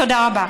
תודה רבה.